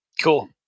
Cool